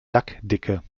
lackdicke